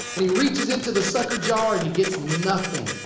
and he reaches into the sucker jar and he gets nothing.